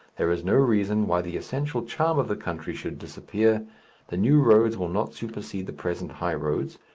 there is no reason why the essential charm of the country should disappear the new roads will not supersede the present high roads,